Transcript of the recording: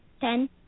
Ten